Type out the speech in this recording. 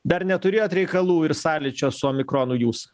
dar neturėjot reikalų ir sąlyčio su omikronu jūs